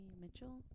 Mitchell